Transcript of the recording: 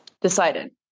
decided